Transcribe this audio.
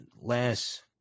last